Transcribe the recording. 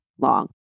long